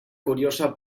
curiosa